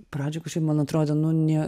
pradžioj kažkaip man atrodė nu ne